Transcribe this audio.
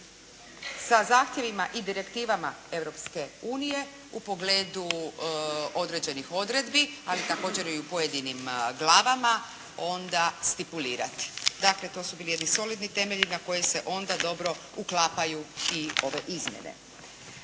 a zahtjevima i direktivama Europske unije u pogledu određenih odredbi, ali također i u pojedinim glavama, onda stipulirati. Dakle, to su bili jedni solidni temeljni na koje se onda dobro uklapaju i ove izmjene.